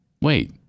Wait